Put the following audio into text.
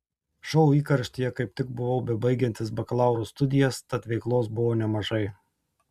šou įkarštyje kaip tik buvau bebaigiantis bakalauro studijas tad veiklos buvo nemažai